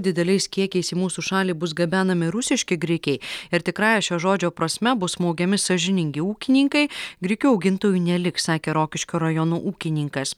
dideliais kiekiais į mūsų šalį bus gabenami rusiški grikiai ir tikrąja šio žodžio prasme bus smaugiami sąžiningi ūkininkai grikių augintojų neliks sakė rokiškio rajono ūkininkas